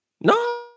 No